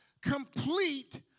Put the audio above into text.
complete